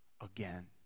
again